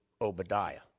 Obadiah